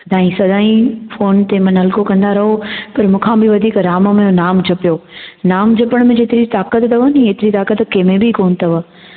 सदाई सदाई फोन ते मनु हल्को कंदा रहो पर मूंखां बि वधीक राम में नाम जपियो राम जपण में जेतिरी ताक़त अथव नी एतिरी ताक़त कंहिंमें बि कोनि अथव